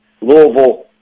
Louisville